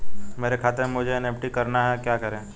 मेरे खाते से मुझे एन.ई.एफ.टी करना है क्या करें?